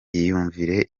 iyumvire